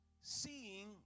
seeing